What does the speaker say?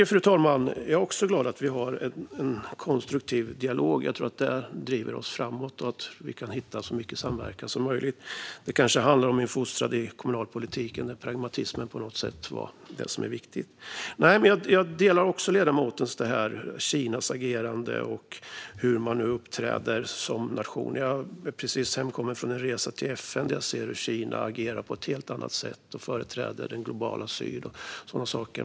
Fru talman! Jag är också glad att vi har en konstruktiv dialog, och jag tror att det driver oss framåt. Jag tycker att det är bra om vi kan hitta så mycket samverkan som möjligt. Det kanske handlar om min fostran i kommunalpolitiken, där pragmatismen på något sätt är det som är viktigt. Jag delar ledamotens syn på Kinas agerande och hur man uppträder som nation. Jag är just hemkommen från en resa till FN, där jag såg hur Kina agerade på ett helt annat sätt. Man företräder den globala synen och sådana saker.